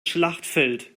schlachtfeld